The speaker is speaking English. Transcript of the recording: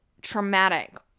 traumatic